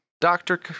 doctor